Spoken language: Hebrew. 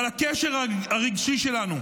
אבל הקשר הרגשי שלנו,